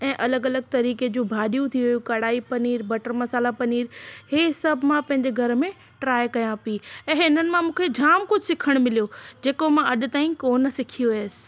ऐं अलगि॒ अलगि॒ तरीके जूं भाजि॒यूं थी वयूं कढ़ाई पनीर बटर मसाला पनीर ही सभु मां पहिंजे घरु में ट्राई कयां पई ऐं हिननि मां मूंखे जाम कुझु सिखणु मिलियो जेको मां अॼु ताईं कोन सिखी हुयसि